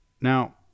Now